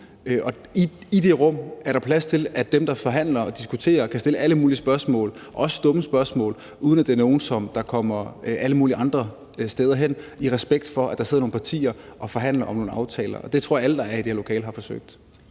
i det rum er der plads til, at dem, der forhandler og diskuterer, kan stille alle mulige spørgsmål, også dumme spørgsmål, uden at de kommer alle mulige andre steder hen, i respekt for, at der sidder nogle partier og forhandler om nogle aftaler, og det tror jeg at alle, der sidder i det her lokale, har prøvet.